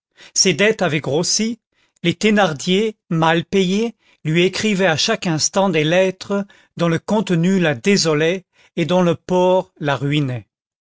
ses dettes avaient grossi les thénardier mal payés lui écrivaient à chaque instant des lettres dont le contenu la désolait et dont le port la ruinait